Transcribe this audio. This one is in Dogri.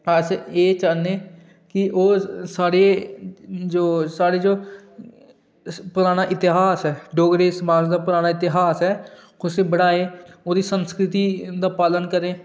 अस एह् चाह्ने कि ओह् साढ़े जो साढ़े जो पराना इतिहास ऐ साढ़े जो डोगरे पराना इतिहास ऐ कुसै बढ़ाये ओह्दी संस्कृति दा पालन करै